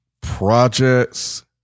Projects